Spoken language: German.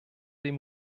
dem